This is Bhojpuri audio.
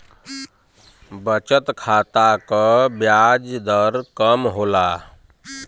बचत खाता क ब्याज दर कम होला